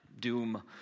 doom